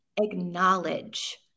acknowledge